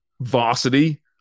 Varsity